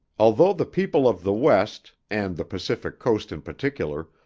although the people of the west, and the pacific coast in particular,